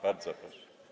Bardzo proszę.